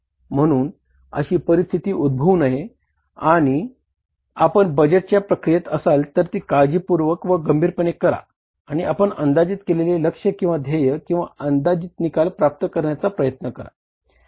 म्हणूनच अशी परिस्थिती उद्भवू नये आणि आपण बजेट प्रक्रियेत असाल तर ती काळजीपूर्वक व गंभीरपणे करा आणि आपण अंदाजित केलेले लक्ष्य किंवा ध्येय किंवा अंदाजित निकाल प्राप्त करण्याचा प्रयत्न करा